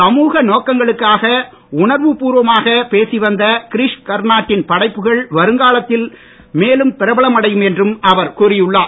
சமூக நோக்கங்களுக்காக உணர்வு பூர்வமான பேசிவந்த கிரீஷ் கர்னார் டின் படைப்புகள் வருங்காலத்தில் மேலும் பிரபலமடையும் என்றும் அவர் கூறியுள்ளார்